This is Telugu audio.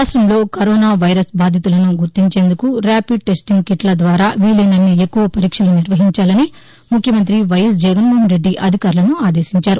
రాష్టంలో కరోనా వైరస్ బాధితులను గుర్తించేందుకు ర్యాపిడ్ టెస్టింగ్ కిట్ల ద్వారా వీలైనన్ని ఎక్కువ పరీక్షలు నిర్వహించాలని ముఖ్యమంత్రి వైఎస్ జగన్నోహన్ రెడ్డి అధికారులను ఆదేశించారు